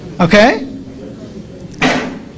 okay